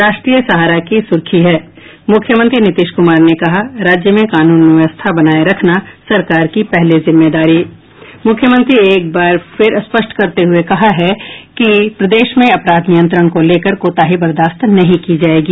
राष्ट्रीय सहारा की सुर्खी है मुख्यमंत्री नीतीश कुमार ने कहा राज्य में कानून व्यवस्था बनाये रखना सरकार की पहली जिम्मेदारी मुख्यमंत्री ने एक बार फिर स्पष्ट करते हुये कहा कि प्रदेश में अपराध नियंत्रण को लेकर कोताही बर्दास्त नहीं की जायेगी